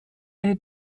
eine